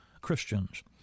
Christians